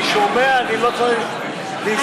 אני שומע, אני לא צריך להסתכל.